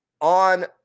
on